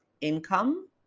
income